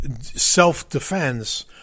self-defense